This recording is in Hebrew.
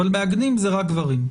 אבל מעגנים זה רק גברים.